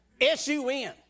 S-U-N